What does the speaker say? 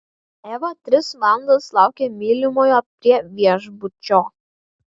eva tris valandas laukė mylimojo prie viešbučio